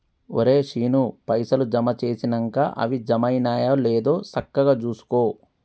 ఒరే శీనూ, పైసలు జమ జేసినంక అవి జమైనయో లేదో సక్కగ జూసుకో